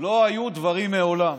לא היו דברים מעולם.